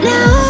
Now